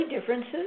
differences